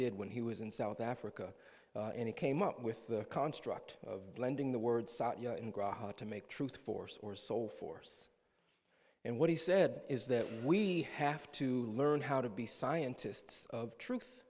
did when he was in south africa and he came up with the construct of blending the words hard to make truth force or soul force and what he said is that we have to learn how to be scientists of tr